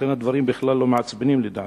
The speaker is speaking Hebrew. לכן הדברים לא מעצבנים, לדעתי.